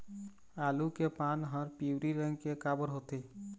आलू के पान हर पिवरी रंग के काबर होथे?